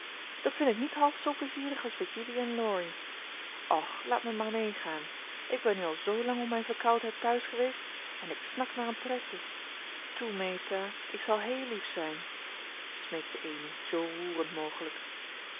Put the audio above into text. dat vind ik niet half zoo plezierig als met jullie en laurie och laat mij maar meegaan ik ben nu al zoolang om mijn verkoudheid thuis geweest en ik snak naar een pretje toe meta ik zal heel lief zijn smeekte amy zoo roerend mogelijk